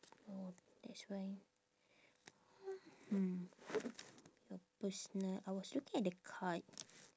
oh that's why hmm your personal I was looking at the card